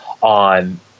on